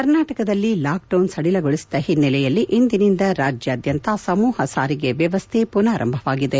ಕರ್ನಾಟಕದಲ್ಲಿ ಲಾಕ್ಡೌನ್ ಸಡಿಲಗೊಳಿಸಿದ ಹಿನ್ನೆಲೆಯಲ್ಲಿ ಇಂದಿನಿಂದ ರಾಜ್ಯಾದ್ಯಂತ ಸಮೂಪ ಸಾರಿಗೆ ವ್ಹವಸ್ಟೆ ಪುನರಾರಂಭವಾಗಿದೆ